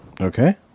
Okay